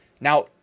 Now